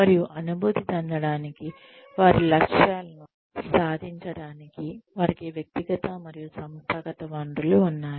మరియు అనుభూతి చెందడానికి వారి లక్ష్యాలను సాధించడానికి వారికి వ్యక్తిగత మరియు సంస్థాగత వనరులు ఉన్నాయి